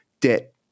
debt